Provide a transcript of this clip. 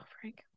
Frank